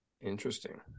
Interesting